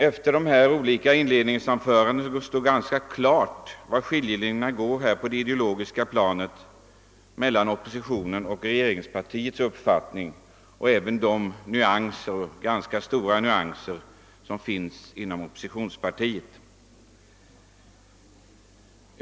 Efter de olika inledningsanförandena står det ganska klart var skiljelinjen går på det ideologiska planet mellan oppositionens och regeringspartiets uppfattning. De ganska stora nyanser som finns inom oppositionspartierna visade sig också tydligt.